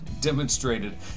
demonstrated